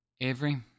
Avery